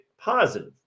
positive